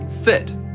fit